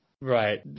Right